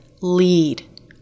lead